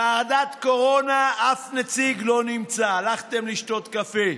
ועדת קורונה, אף נציג לא נמצא, הלכתם לשתות קפה,